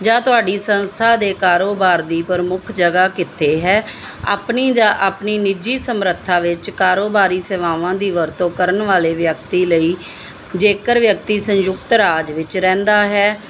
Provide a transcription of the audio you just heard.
ਜਾਂ ਤੁਹਾਡੀ ਸੰਸਥਾ ਦੇ ਕਾਰੋਬਾਰ ਦੀ ਪ੍ਰਮੁੱਖ ਜਗ੍ਹਾ ਕਿੱਥੇ ਹੈ ਆਪਣੀ ਜਾ ਆਪਣੀ ਨਿੱਜੀ ਸਮਰੱਥਾ ਵਿੱਚ ਕਾਰੋਬਾਰੀ ਸੇਵਾਵਾਂ ਦੀ ਵਰਤੋਂ ਕਰਨ ਵਾਲੇ ਵਿਅਕਤੀ ਲਈ ਜੇਕਰ ਵਿਅਕਤੀ ਸੰਯੁਕਤ ਰਾਜ ਵਿੱਚ ਰਹਿੰਦਾ ਹੈ